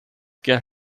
get